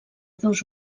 dos